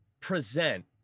present